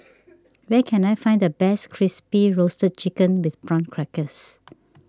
where can I find the best Crispy Roasted Chicken with Prawn Crackers